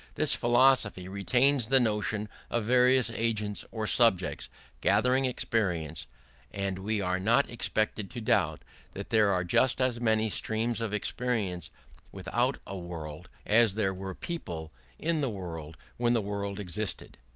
this philosophy retains the notion of various agents or subjects gathering experience and we are not expected to doubt that there are just as many streams of experience without a world, as there were people in the world when the world existed.